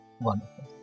Wonderful